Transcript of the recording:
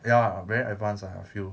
ya very advanced ah I feel